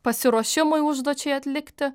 pasiruošimui užduočiai atlikti